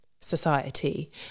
society